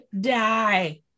die